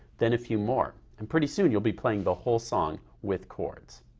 then a few more. and pretty soon you'll be playing the whole song with chords.